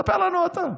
תספר לנו אתה.